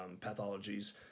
pathologies